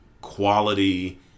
quality